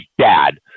dad